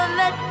let